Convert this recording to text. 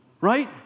right